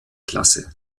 klasse